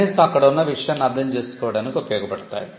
కనీసం అక్కడ ఉన్న విషయాన్ని అర్థం చేసుకోవడానికి ఉపయోగపడతాయి